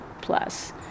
plus